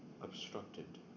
obstructed